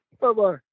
Bye-bye